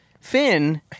Finn